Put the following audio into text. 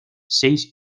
seis